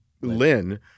Lynn